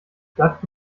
blatt